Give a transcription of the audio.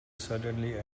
suddenly